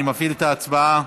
אני מפעיל את ההצבעה.